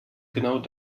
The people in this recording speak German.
genau